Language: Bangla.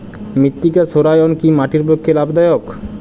মৃত্তিকা সৌরায়ন কি মাটির পক্ষে লাভদায়ক?